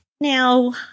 Now